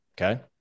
Okay